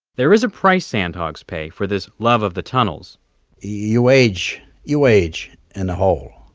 there is a price sandhogs pay for this love of the tunnels you age. you age in the hole,